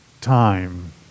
time